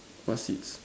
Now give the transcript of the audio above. what seeds